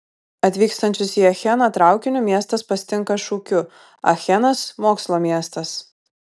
atvykstančius į acheną traukiniu miestas pasitinka šūkiu achenas mokslo miestas